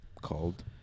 Called